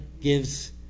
gives